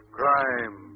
crime